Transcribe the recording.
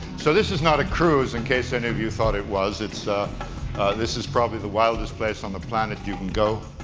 so this is not a cruise, in case any of you thought it was. it's a this is probably the wildest place on the planet you can go.